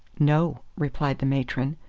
no, replied the matron.